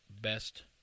best